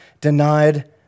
denied